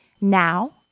Now